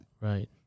Right